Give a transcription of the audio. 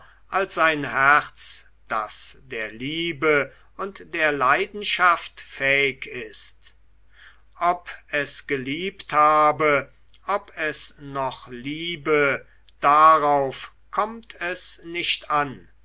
als ein herz das der liebe und der leidenschaft fähig ist ob es geliebt habe ob es noch liebe darauf kommt es nicht an